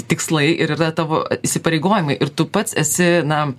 tikslai ir yra tavo įsipareigojimai ir tu pats esi na